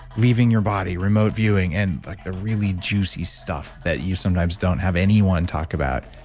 leaving your body, remote viewing, and like the really juicy stuff that you sometimes don't have anyone talk about.